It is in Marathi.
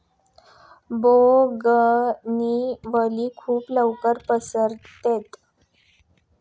बोगनविले खूप लवकर पसरते